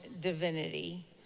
divinity